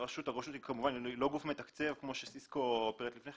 הרשות היא לא גוף מתקצב, כמו שסיסקו פירט לפני כן.